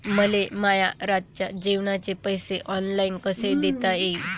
मले माया रातचे जेवाचे पैसे ऑनलाईन कसे देता येईन?